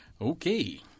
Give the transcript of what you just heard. Okay